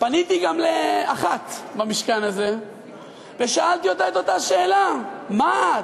פניתי גם לאחת במשכן הזה ושאלתי אותה את אותה שאלה: מה את?